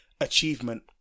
achievement